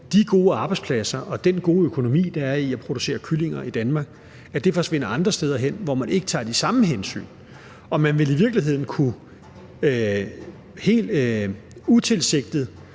at de gode arbejdspladser og den gode økonomi, der er i at producere kyllinger i Danmark, forsvinder andre steder hen, hvor man ikke tager de samme hensyn, og vi vil i virkeligheden helt utilsigtet